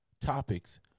topics